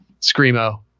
Screamo